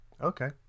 Okay